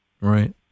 Right